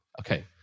Okay